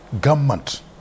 government